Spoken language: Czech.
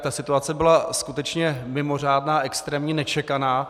Ta situace byla skutečně mimořádná, extrémní, nečekaná.